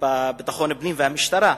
לביטחון פנים ולמשטרה,